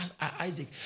Isaac